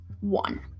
one